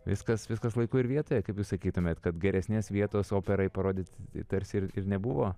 viskas viskas laiku ir vietoje kaip sakytumėt kad geresnės vietos operai parodyt tai tarsi ir ir nebuvo